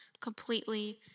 completely